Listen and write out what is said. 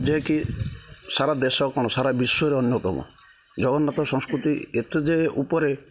ଯେକି ସାରା ଦେଶ କ'ଣ ସାରା ବିଶ୍ୱରେ ଅନ୍ୟତମ ଜଗନ୍ନାଥ ସଂସ୍କୃତି ଏତେ ଯେ ଉପରେ